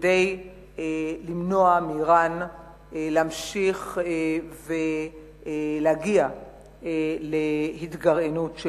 כדי למנוע מאירן להמשיך ולהגיע להתגרענות.